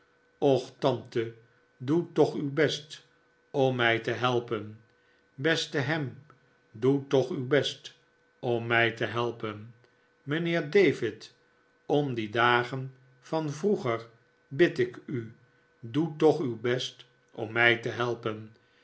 och tante doe toch uw best om mij te helpen beste ham doe toch uw best om mij te helpen mijnheer david om die dagen van vroeger bid ik u doe toch uw best om mij te helpen